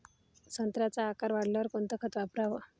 संत्र्याचा आकार वाढवाले कोणतं खत वापराव?